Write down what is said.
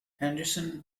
henderson